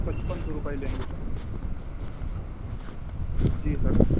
پچپن سو روپئے لیں گے جی سر